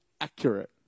accurate